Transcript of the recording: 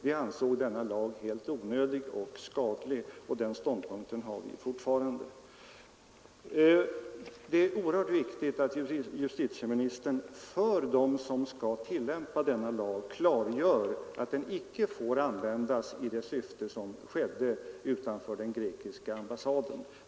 Vi ansåg denna lag helt onödig och skadlig, och den ståndpunkten intar vi fortfarande. Det är oerhört viktigt att justitieministern för dem som skall tillämpa denna lag klargör att den icke får användas i det syfte som det var fråga om utanför den grekiska ambassaden.